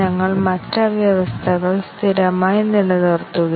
അതിനാൽ ഓരോ ഘടക വ്യവസ്ഥയും സത്യവും തെറ്റായ മൂല്യവും എടുക്കുന്നു